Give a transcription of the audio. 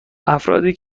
افرادی